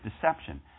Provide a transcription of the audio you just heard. deception